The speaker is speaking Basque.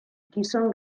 gizon